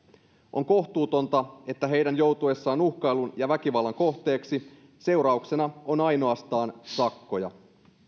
on kohtuutonta että heidän joutuessaan uhkailun ja väkivallan kohteeksi seurauksena on ainoastaan sakkoja